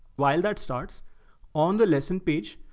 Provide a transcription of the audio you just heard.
while that starts on the lesson page,